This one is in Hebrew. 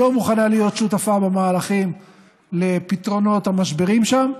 לא מוכנה להיות שותפה למהלכים לפתרונות המשברים שם.